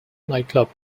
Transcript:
nightclub